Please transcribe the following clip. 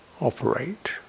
operate